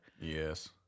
Yes